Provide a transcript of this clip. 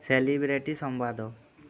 celebrity Sambad